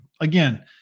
Again